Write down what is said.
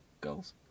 goals